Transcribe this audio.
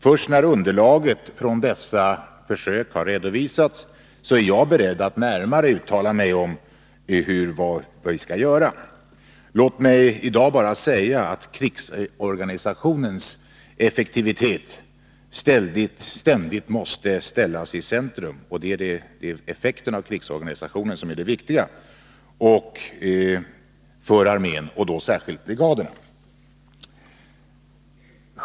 Först när underlaget från dessa försök har redovisats är jag beredd att närmare uttala mig om vad vi skall göra. Låt mig i dag bara säga att krigsorganisationens effektivitet ständigt måste ställas i centrum, och att det är effekten av krigsorganisationen som är det viktiga för armén och då särskilt brigaderna.